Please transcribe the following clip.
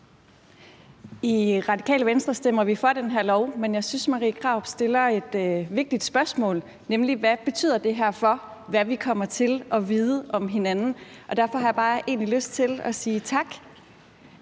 I Radikale Venstre stemmer vi for den her lov, men jeg synes, at Marie Krarup stiller et vigtigt spørgsmål, nemlig: Hvad betyder det her for, hvad vi kommer til at vide om hinanden? Og derfor har jeg egentlig bare lyst til at sige tak.